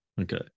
Okay